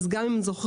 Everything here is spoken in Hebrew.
אז אם זוכרים,